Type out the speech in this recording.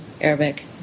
Arabic